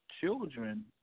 children